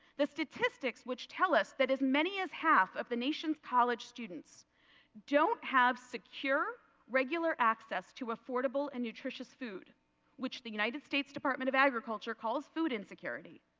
the statistics which tell us that as many as half of the nation's college students don't have secure regular access to affordable and nutritious food which the united states department of agriculture calls food insecurity.